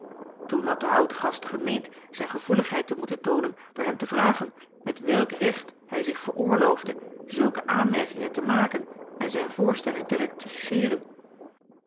toen had de oud gast gemeend zijne gevoeligheid te moeten toonen door hem te vragen met welk recht hij zich veroorloofde zulke aanmerkingen te maken en zijne voorstelling